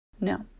No